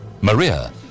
Maria